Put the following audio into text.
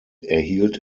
erhielt